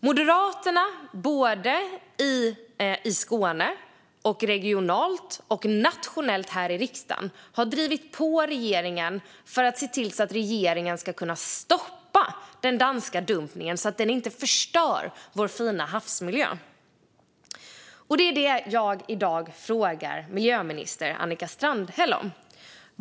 Moderaterna i Skåne har regionalt, och även nationellt här i riksdagen, drivit på regeringen för att regeringen ska kunna stoppa den danska dumpningen så att den inte förstör vår fina havsmiljö. Det är det jag i dag frågar miljöminister Annika Strandhäll om.